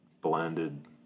blended